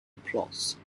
plots